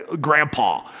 grandpa